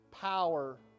power